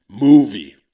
movie